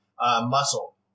muscle